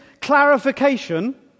clarification